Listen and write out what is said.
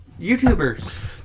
youtubers